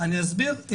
אני אסביר.